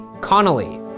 Connolly